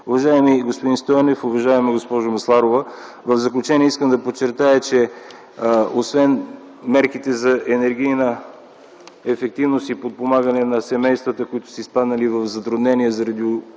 Уважаеми господин Стойнев, уважаема госпожо Масларова, в заключение искам да подчертая, че освен мерките за енергийна ефективност и подпомагане на семействата, които са изпаднали в затруднение заради